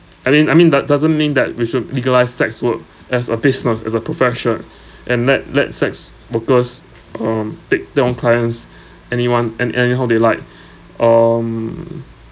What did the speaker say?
I mean I mean that doesn't mean that we should legalise sex work as a business as a profession and let let sex workers um take their own clients anyone and anyhow they like um